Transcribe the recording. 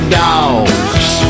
dogs